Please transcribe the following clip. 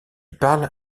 parle